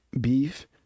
beef